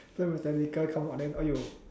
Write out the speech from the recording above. then when technical come out then !aiyo!